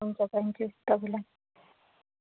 हुन्छ thank you तपाईँलाई